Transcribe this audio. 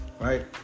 right